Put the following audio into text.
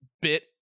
bit